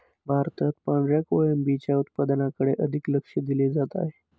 भारतात पांढऱ्या कोळंबीच्या उत्पादनाकडे अधिक लक्ष दिले जात आहे